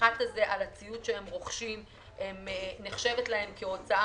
הפחת על הציוד שהם רוכשים נחשב להם כהוצאה